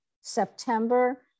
September